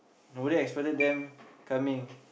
nobody expected them coming